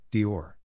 Dior